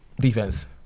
defense